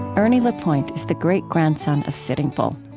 ernie lapointe is the great-grandson of sitting bull.